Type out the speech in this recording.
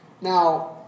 Now